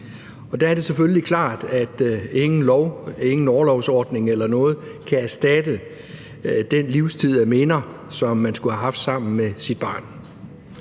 Der er det selvfølgelig klart, at ingen lov, ingen orlovsordning eller noget kan erstatte den livstid af minder, som man skulle have haft sammen med sit barn.